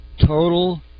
Total